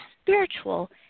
spiritual